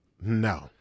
No